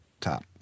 top